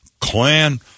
clan